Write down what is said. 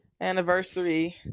anniversary